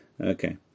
Okay